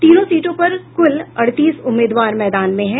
तीनों सीटों पर कुल अड़तीस उम्मीदवार मैदान में है